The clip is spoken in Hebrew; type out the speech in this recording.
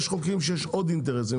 יש חוקים שיש עוד אינטרסים,